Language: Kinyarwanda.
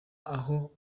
aho